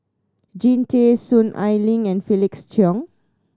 Jean Tay Soon Ai Ling and Felix Cheong